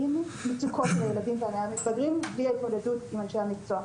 - מצוקות של הילדים והמתבגרים בלי ההתמודדות עם אנשי המקצוע.